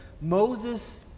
Moses